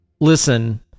listen